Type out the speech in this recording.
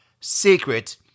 secret